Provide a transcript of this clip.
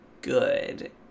good